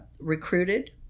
recruited